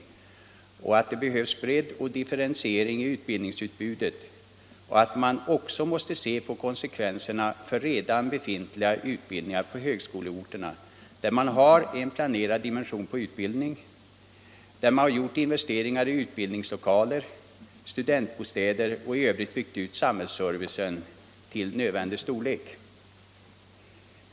Han påpekar vidare att det behövs bredd och differentiering i utbildningsutbudet och att man också måste se på konsekvenserna för redan befintliga utbildningar på högskoleorterna, där man har en planerad dimension på utbildningen, där man har gjort investeringar i undervisningslokaler och studentbostäder och även i övrigt byggt ut samhällsservicen till nödvändig storlek.